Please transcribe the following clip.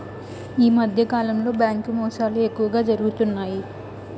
ఈ మధ్యకాలంలో బ్యాంకు మోసాలు ఎక్కువగా జరుగుతున్నాయి